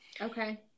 Okay